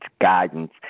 guidance